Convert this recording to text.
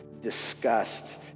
disgust